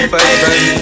baby